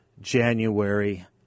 January